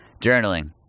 journaling